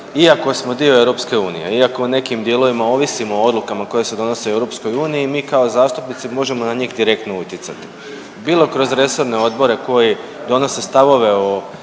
iako smo dio EU, iako u nekim dijelovima ovisimo o odlukama koje se donose u EU mi kao zastupnici možemo na njih direktno utjecati bilo kroz resorne odbore koji donose stavove o